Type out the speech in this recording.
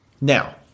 Now